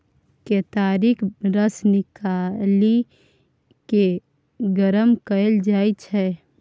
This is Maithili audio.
केतारीक रस निकालि केँ गरम कएल जाइ छै